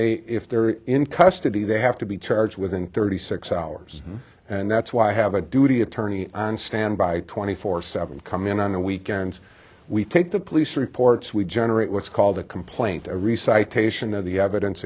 they if they're in custody they have to be charged within thirty six hours and that's why i have a duty attorney on standby twenty four seven come in on the weekends we take the police reports we generate what's called a complaint